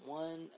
one